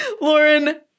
Lauren